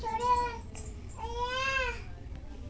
व्यवसाय कर्जासाठी ऑनलाइन अर्ज कसा भरायचा?